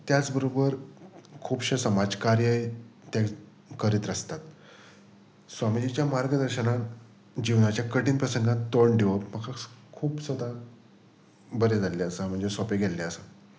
त्याच बरोबर खुबशे समाज कार्य ते करीत आसतात स्वामिजीच्या मार्गदर्शनक जिवनाच्या कठीण प्रसंगात तोंड दिवप म्हाका खूब सदां बरें जाल्लें आसा म्हणजे सोंपें गेल्ले आसा